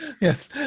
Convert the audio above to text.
yes